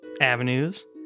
avenues